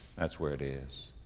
that's where it is.